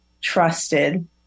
trusted